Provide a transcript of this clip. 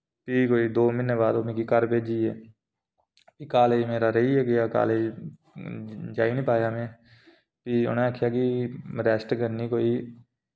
फ्ही कोई दो म्हीने बाद ओह् मिकी घर भेजी गे फ्ही कालेज मेरा रेही गै गेआ कालेज जाई नि पाया में फ्ही उ'नें आखेआ कि रैस्ट करनी कोई